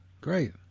Great